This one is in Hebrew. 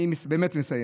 אז אני באמת מסיים.